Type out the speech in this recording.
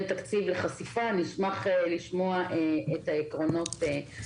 תקציב לחשיפה מבחינת הרפורמה המדוברת.